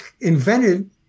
invented